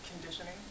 conditioning